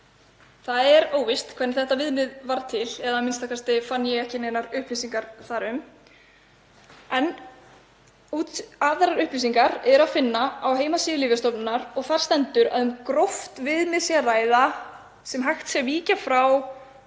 Það er óvíst hvernig þetta viðmið varð til eða a.m.k. fann ég ekki neinar upplýsingar þar um. Aðrar upplýsingar er að finna á heimasíðu Lyfjastofnunar og þar stendur að um gróft viðmið sé að ræða sem hægt sé að víkja frá,